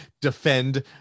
defend